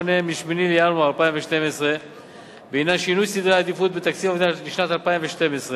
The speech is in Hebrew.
מ-8 בינואר 2012 בעניין שינוי סדרי העדיפות בתקציב המדינה לשנת 2012,